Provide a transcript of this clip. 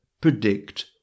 predict